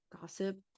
gossip